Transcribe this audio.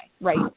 right